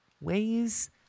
ways